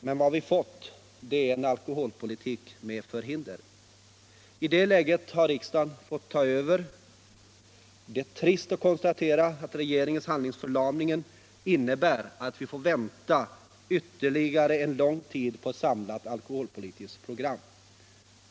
Men vad vi har fått är en alkoholpolitik med förhinder. I det läget har riksdagen fått ta över. Det är trist att konstatera att regringens handlingsförlamning innebär att vi får vänta ytterligare en lång tid på ett samlat alkoholpolitiskt program.